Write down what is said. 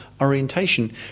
orientation